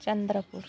Chandrapur